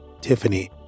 Tiffany